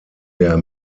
der